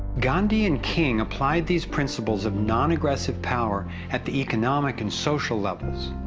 gandhi and king applied these principles of non-aggressive power at the economic and social levels.